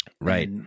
right